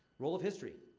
role of history.